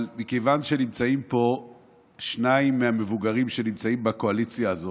אבל מכיוון שנמצאים פה שניים מהמבוגרים שנמצאים בקואליציה הזאת,